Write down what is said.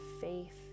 faith